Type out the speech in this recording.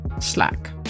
Slack